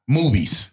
movies